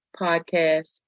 podcast